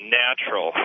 natural